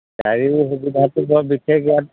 গাড়ীৰ সুবিধাটো বৰ বিশেষ ইয়াত